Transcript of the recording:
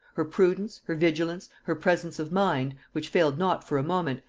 her prudence, her vigilance, her presence of mind, which failed not for a moment,